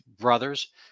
brothers